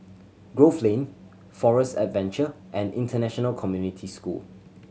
Grove Lane Forest Adventure and International Community School